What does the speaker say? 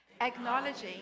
acknowledging